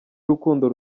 urukundo